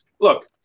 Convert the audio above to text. Look